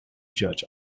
judge